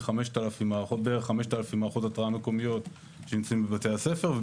בערך 5,000 מערכות התרעה מקומיות שנמצאים בבתי הספר.